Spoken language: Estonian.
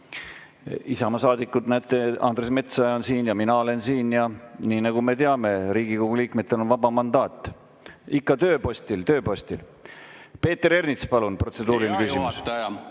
Isamaa saadikud? Näete, Andres Metsoja on siin ja mina olen siin. Ja nii nagu me teame, Riigikogu liikmetel on vaba mandaat. Ikka tööpostil, tööpostil! Peeter Ernits, palun, protseduuriline küsimus!